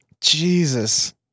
Jesus